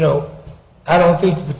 know i don't think the